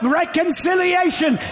reconciliation